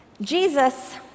Jesus